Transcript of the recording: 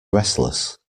restless